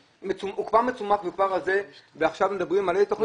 המכון כבר מצומק וכבר רזה ועכשיו מדברים על תכנית התייעלות.